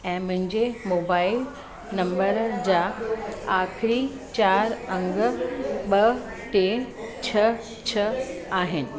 ऐं मुंहिंजे mobile number जा आखिरी चारि अंग ॿ टे छह छह आहिनि